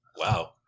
Wow